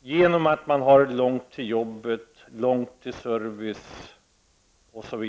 genom att folk har långt till jobbet, långt till service osv.